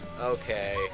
Okay